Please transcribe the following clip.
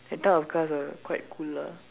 that type of cars are quite cool lah